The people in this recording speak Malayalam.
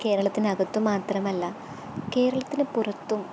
കേരളത്തിനകത്തു മാത്രമല്ല കേരളത്തിനു പുറത്തും